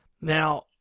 Now